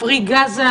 ה-Free Gasa,